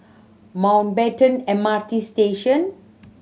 Mountbatten M R T Station